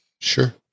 Sure